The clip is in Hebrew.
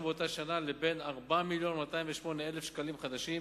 באותה שנה לבין 4 מיליונים ו-208,000 שקלים חדשים,